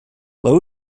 low